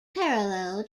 parallel